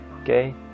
okay